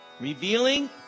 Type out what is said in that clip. Revealing